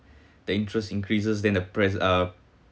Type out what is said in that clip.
the interest increases then the price up